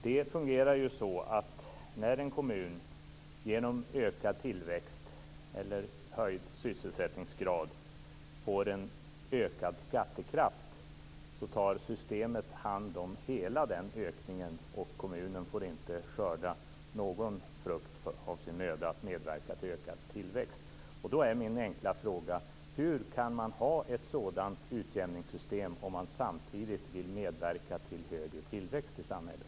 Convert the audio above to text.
Det fungerar ju så att när en kommun genom ökad tillväxt eller höjd sysselsättningsgrad får en ökad skattekraft tar systemet hand om hela den ökningen, och kommunen får inte skörda någon frukt av sin möda att medverka till ökad tillväxt. Då är min enkla fråga: Hur kan man ha ett sådant utjämningssystem om man samtidigt vill medverka till högre tillväxt i samhället?